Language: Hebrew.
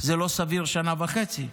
לא סביר שנה וחצי.